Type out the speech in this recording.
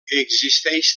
existeix